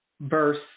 verse